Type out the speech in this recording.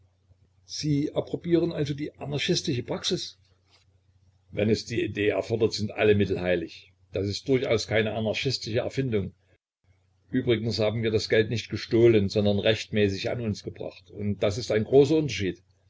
sie approbieren also die anarchistische praxis wenn es die idee erfordert sind alle mittel heilig das ist durchaus keine anarchistische erfindung übrigens haben wir das geld nicht gestohlen sondern rechtmäßig an uns gebracht und das ist ein großer unterschied